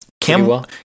Cam